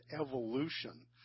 evolution